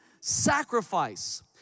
sacrifice